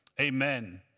Amen